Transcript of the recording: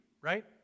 right